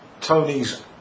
tony's